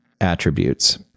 attributes